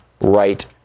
right